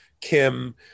Kim